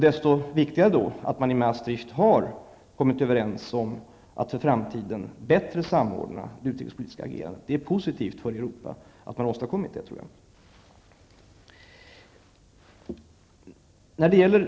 Desto viktigare är det att man i Maastricht har kommit överens om att för framtiden bättre samordna det utrikespolitiska agerandet. Det är positivt för Europa att man har åstadkommit det.